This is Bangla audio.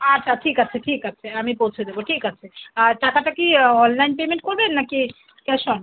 আচ্ছা ঠিক আছে ঠিক আছে আমি পৌঁছে দেবো ঠিক আছে আর টাকাটা কি অনলাইন পেমেন্ট করবেন নাকি ক্যাশ অন